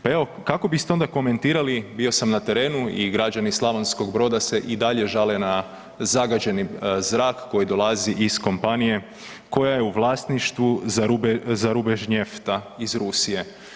Pa kako biste onda komentirali, bio sam na terenu i građani Slavonskog Broda se i dalje žale na zagađeni zrak koji dolazi iz kompanije koja je u vlasništvu Zarubežnjefta iz Rusije.